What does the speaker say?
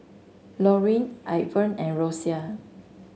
Lorin Ivan and Rosia